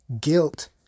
guilt